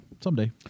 someday